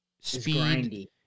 speed